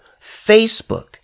facebook